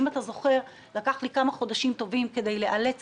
אם אתה זוכר לקח לי כמה חודשים טובים כדי לאלץ